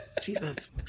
Jesus